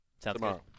tomorrow